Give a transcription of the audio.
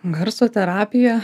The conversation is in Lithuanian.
garso terapija